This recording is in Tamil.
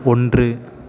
ஒன்று